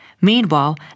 Meanwhile